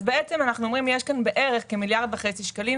אנחנו אומרים שיש כאן בערך 1.5 מיליארד שקלים.